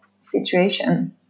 situation